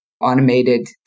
automated